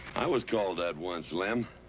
i was called that once, lem.